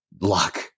luck